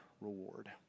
reward